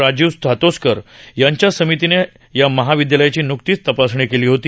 राजीव सातोसकर यांच्या समितीने या महा विद्यालयाची न्कतीच तपासणी केली होती